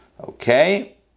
Okay